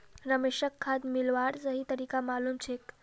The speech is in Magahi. रमेशक खाद मिलव्वार सही तरीका मालूम छेक